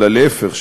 אלא להפך,